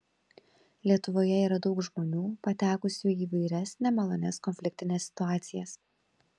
lietuvoje yra daug žmonių patekusių į įvairias nemalonias konfliktines situacijas